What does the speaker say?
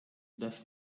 das